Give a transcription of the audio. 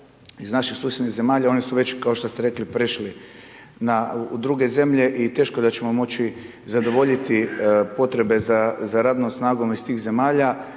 iz naših susjednih zemalja, oni su već, kao što ste rekli prešli u druge zemlje i teško da ćemo moći zadovoljiti potrebe za radnom snagom iz tih zemalja